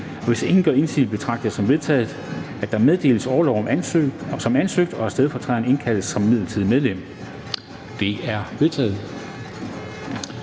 a. Hvis ingen gør indsigelse, betragter jeg det som vedtaget, at der meddeles orlov som ansøgt, og at stedfortræderen indkaldes som midlertidigt medlem. Det er vedtaget.